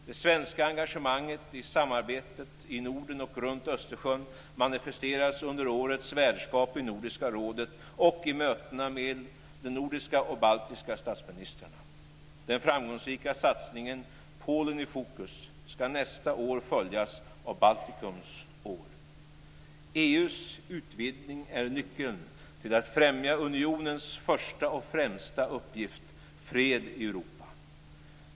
Det svenska engagemanget i samarbetet i Norden och runt Östersjön manifesteras under årets värdskap i Nordiska rådet och i mötena med de nordiska och baltiska statsministrarna. Den framgångsrika satsningen "Polen i fokus" ska nästa år följas av EU:s utvidgning är nyckeln till att främja unionens första och främsta uppgift - fred i Europa.